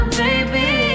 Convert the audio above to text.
baby